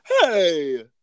Hey